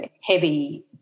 heavy